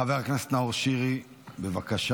חבר הכנסת נאור שירי, בבקשה.